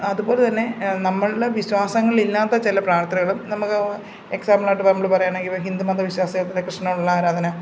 അതുപോലെത്തന്നെ നമ്മളുടെ വിശ്വാസങ്ങളില്ലാത്ത ചില പ്രാർത്ഥനകളും നമുക്ക് എക്സാമ്പിൾ ആയിട്ട് ഇപ്പം നമ്മൾ പറയുകയാണെങ്കിൽ ഇപ്പോൾ ഹിന്ദു മതവിശ്വാസികൾക്ക് ഇപ്പം കൃഷ്ണനോടുള്ള ആരാധന